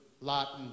Latin